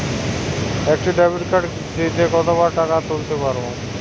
একটি ডেবিটকার্ড দিনে কতবার টাকা তুলতে পারব?